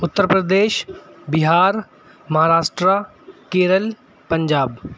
Uttar Pradesh Bihar Maharashtra Kerala Punjab